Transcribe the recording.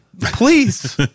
Please